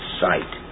sight